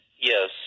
Yes